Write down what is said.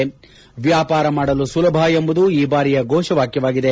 ವ್ಲಾಪಾರ ಮಾಡಲು ಸುಲಭ ಎಂಬುದು ಈ ಬಾರಿಯ ಘೋಷವಾಕ್ಲವಾಗಿದೆ